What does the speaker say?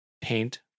paint